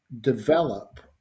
develop